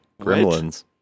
Gremlins